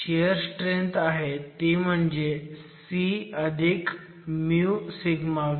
shear strength आहे ती म्हणजे cv